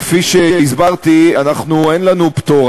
כפי שהסברתי, אין לנו פטור.